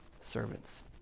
servants